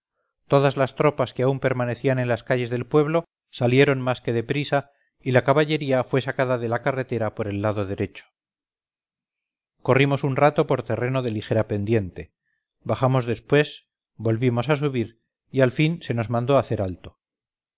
todas las tropas que aún permanecían en las calles del pueblo salieron más que de prisa y la caballería fue sacada de la carretera por el lado derecho corrimos un rato por terreno de ligera pendiente bajamos después volvimos a subir y al fin se nos mandó hacer alto